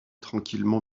tranquillement